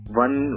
one